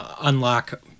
unlock